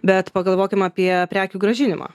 bet pagalvokim apie prekių grąžinimą